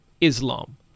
Islam